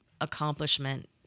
accomplishment